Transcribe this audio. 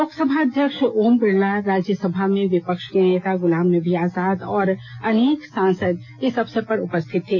लोकसभा अध्याक्ष ओम बिरला राज्यसभा में विपक्ष के नेता गुलाम नबी आजाद और अनेक सांसद इस अवसर पर उपस्थित थे